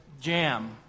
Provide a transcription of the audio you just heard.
jam